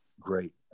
great